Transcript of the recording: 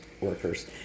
workers